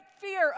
fear